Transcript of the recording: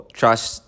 trust